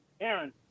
Aaron